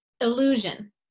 illusion